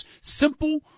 simple